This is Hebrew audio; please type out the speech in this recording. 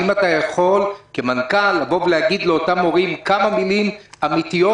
האם אתה יכול כמנכ"ל להגיד לאותם הורים כמה מילים אמיתיות,